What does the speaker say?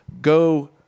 go